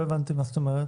לא הבנתי, מה זאת אומרת?